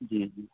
जी जी